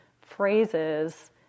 phrases